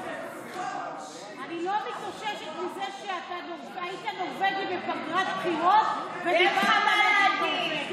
אני לא מתאוששת מזה שאתה היית נורבגי בפגרת בחירות ודיברת על נורבגים.